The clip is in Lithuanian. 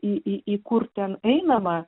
į į į kur ten einama